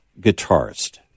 guitarist